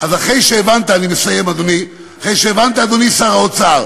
אחרי שהבנת, אדוני שר האוצר,